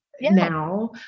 now